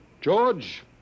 George